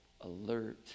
alert